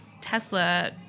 Tesla